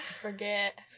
Forget